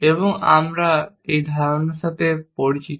এবং আবার আমরা এই ধারণার সাথে পরিচিত